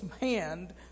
hand